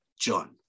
John